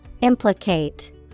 Implicate